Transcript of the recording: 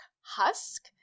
husk